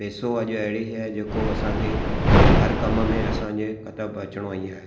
पैसो अॼु अहिड़ी शइ आहे जेको असांखे हर कम में असांजे कतबि अचणो ई आहे